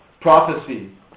Prophecy